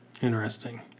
interesting